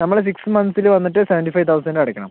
നമ്മള് സിക്സ് മന്ത്സില് വന്നിട്ട് സെവെൻറ്റി ഫൈവ് തൗസൻഡ് അടയ്ക്കണം